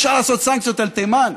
אפשר לעשות סנקציות על תימן.